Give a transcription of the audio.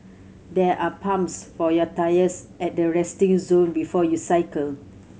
there are pumps for your tyres at the resting zone before you cycle